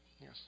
Yes